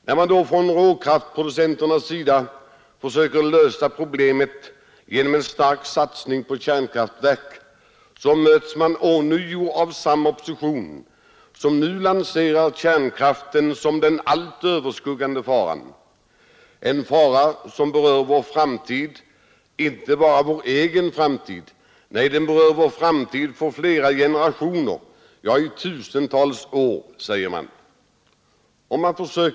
När råkraftproducenterna försöker lösa problemet genom en stark satsning på kärnkraftverk, lanserar samma opposition kärnkraften som den allt överskuggande faran, en fara som berör inte bara vår egen framtid utan framtiden för flera generationer — ja, i tusentals år, säger man.